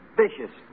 vicious